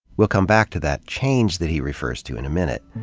we'll come back to that change that he refers to in a minute.